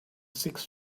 six